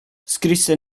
scrisse